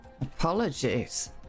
Apologies